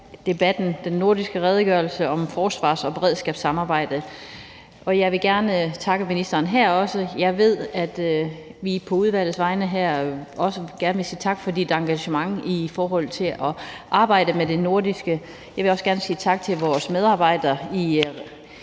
det nordiske forsvars- og beredskabssamarbejde. Jeg vil gerne også her takke ministeren – jeg ved, at vi også på udvalgets vegne gerne vil sige tak for dit engagement i forhold til at arbejde med det nordiske. Jeg vil også gerne her sige tak til vores medarbejdere i